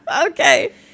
okay